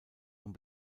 und